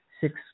Six